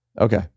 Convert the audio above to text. Okay